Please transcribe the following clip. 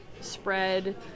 spread